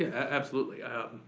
absolutely.